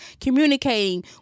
communicating